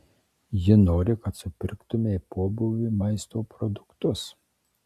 ji nori kad supirktumei pobūviui maisto produktus